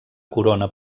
corona